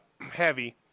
heavy